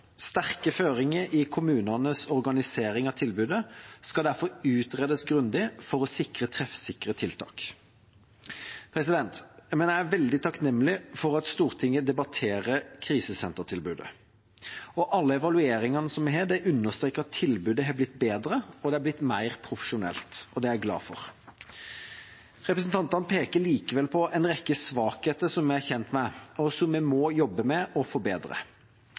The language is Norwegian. Sterke føringer i kommunenes organisering av tilbudet skal derfor utredes grundig for å sikre treffsikre tiltak. Jeg er veldig takknemlig for at Stortinget debatterer krisesentertilbudet. Alle evalueringene som vi har, understreker at tilbudet har blitt bedre, og at det har blitt mer profesjonelt. Det er jeg glad for. Representantene peker likevel på en rekke svakheter som vi er kjent med, og som vi må jobbe med å forbedre.